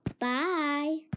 Bye